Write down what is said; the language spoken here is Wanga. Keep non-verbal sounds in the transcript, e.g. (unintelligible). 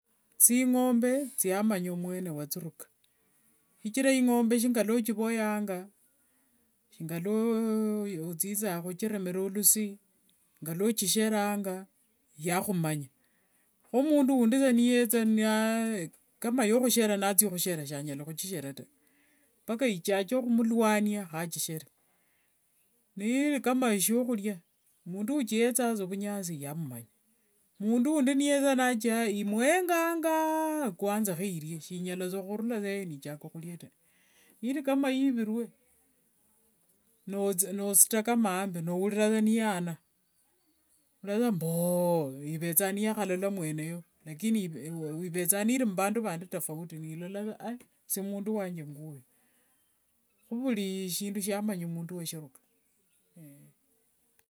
Thingombe thiamanya mwene wathiruka, shichira ingombe ngilua ochivoyanga, shingalua othithanga khuchiremera lusi, ngalwa ochisheranga yahumanya, kho mundu undi niyetha saa (unintelligible) kama yokhushera nathia khushera sanyala khuchishera taa, mpaka ichache khumulwania khachishere, mundu uchiyethanga vunyasi yahumanya, mundu undi niyetha khuchiaya imuyenganga kwanza khuirie, shinyala khurula sa eyo nichaka khuria taa, nirikama yivirwe nosuta kama ambi nolola saa niyana, murira saa mbooo, ivethanga niyakhalola mwene yoo lakini (hesitation) ivethanga niri muvandu vandi tofauti, ilola saa aii esie mundu wange ngwoyu, khuvuri shindu shiamanya mundu washiruka.